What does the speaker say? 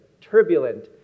turbulent